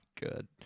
good